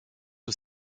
aux